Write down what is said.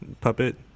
Puppet